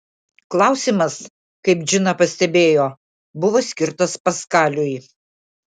klausimas kaip džina pastebėjo buvo skirtas paskaliui